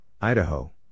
Idaho